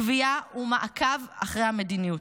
קביעה ומעקב אחרי המדיניות.